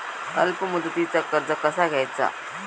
अल्प मुदतीचा कर्ज कसा घ्यायचा?